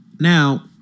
Now